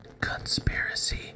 conspiracy